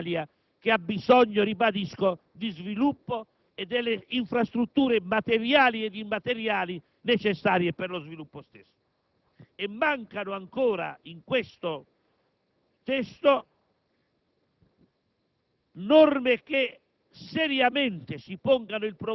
della cittadinanza italiana hanno il sopravvento sulla grande maggioranza dell'Italia che ha bisogno - ribadisco - di sviluppo e delle infrastrutture materiali ed immateriali necessarie per lo sviluppo stesso. Mancano ancora, in questo testo,